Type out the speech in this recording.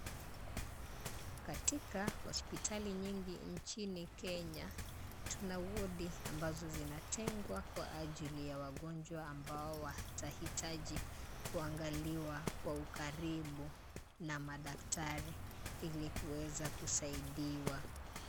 Katika hospitali nyingi nchini Kenya, tuna wodi ambazo zinatengwa kwa ajili ya wagonjwa ambao watahitaji kuangaliwa kwa ukaribu na madaktari, ili kuweza kusaidiwa.